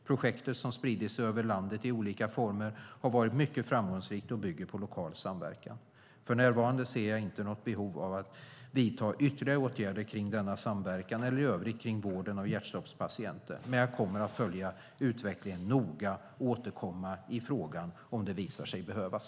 Projektet, som spridit sig över landet i olika former, har varit mycket framgångsrikt och bygger på lokal samverkan. För närvarande ser jag inte något behov av att vidta ytterligare åtgärder för denna samverkan eller i övrigt i vården av hjärtstoppspatienter. Men jag kommer att följa utvecklingen noga och återkomma i frågan om det visar sig behövas.